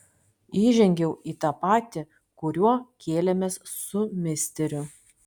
įžengiau į tą patį kuriuo kėlėmės su misteriu